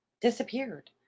disappeared